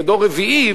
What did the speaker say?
ודור רביעי,